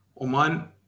Oman